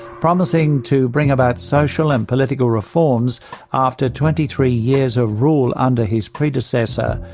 promising to bring about social and political reforms after twenty three years of rule under his predecessor.